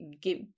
give